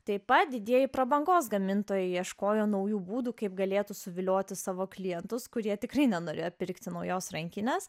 taip pat didieji prabangos gamintojai ieškojo naujų būdų kaip galėtų suvilioti savo klientus kurie tikrai nenorėjo pirkti naujos rankinės